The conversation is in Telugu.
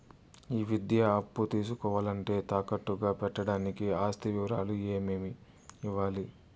ఈ విద్యా అప్పు తీసుకోవాలంటే తాకట్టు గా పెట్టడానికి ఆస్తి వివరాలు ఏమేమి ఇవ్వాలి?